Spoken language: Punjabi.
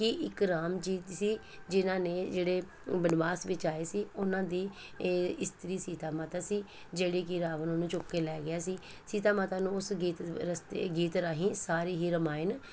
ਕਿ ਇੱਕ ਰਾਮ ਜੀ ਸੀ ਜਿਨ੍ਹਾਂ ਨੇ ਜਿਹੜੇ ਬਨਵਾਸ ਵਿੱਚ ਆਏ ਸੀ ਉਹਨਾਂ ਦੀ ਇਹ ਇਸਤਰੀ ਸੀਤਾ ਮਾਤਾ ਸੀ ਜਿਹੜੀ ਕਿ ਰਾਵਣ ਉਹਨੂੰ ਚੁੱਕ ਕੇ ਲੈ ਗਿਆ ਸੀ ਸੀਤਾ ਮਾਤਾ ਨੂੰ ਉਸ ਗੀਤ ਰਸਤੇ ਗੀਤ ਰਾਹੀਂ ਸਾਰੇ ਹੀ ਰਮਾਇਣ